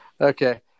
Okay